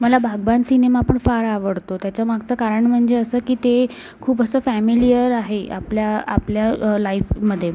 मला बाघबान सिनेमा पण फार आवडतो त्याच्यामागचं कारण म्हणजे असं की ते खूप असं फॅमिलीयर आहे आपल्या आपल्या लाईफमध्ये